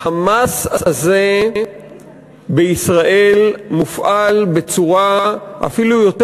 המס הזה בישראל מופעל בצורה אפילו יותר